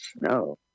No